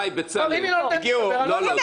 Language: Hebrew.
טוב, לא אדבר.